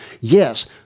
Yes